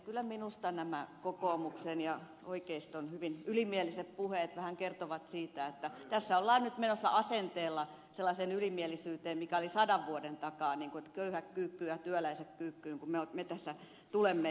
kyllä minusta nämä kokoomuksen ja oikeiston hyvin ylimieliset puheet vähän kertovat siitä että tässä ollaan nyt menossa asenteella sellaiseen ylimielisyyteen mikä oli sadan vuoden takaa että köyhät kyykkyyn ja työläiset kyykkyyn kun me tässä tulemme